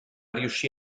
riuscì